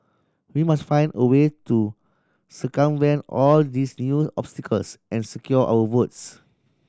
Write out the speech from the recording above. we must find a way to circumvent all these new obstacles and secure our votes